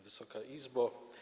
Wysoka Izbo!